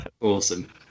awesome